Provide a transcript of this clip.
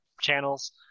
channels